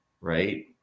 right